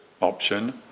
option